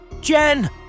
Jen